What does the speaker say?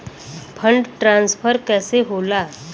Fund transfer कैसे होला?